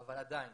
אבל עדיין